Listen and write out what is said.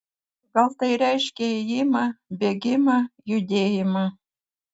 gal tai reiškia ėjimą bėgimą judėjimą